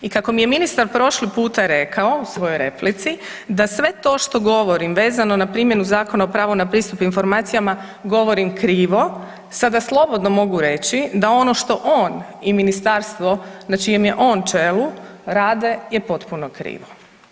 I kako mi je ministar prošli puta rekao u svojoj replici da sve to što govorim vezano na primjenu Zakona o pravu na pristup informacijama govorim krivo, sada slobodno mogu reći da ono što on i ministarstvo na čijem je on čelu rade je potpuno krivo.